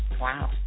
Wow